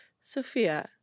Sophia